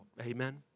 amen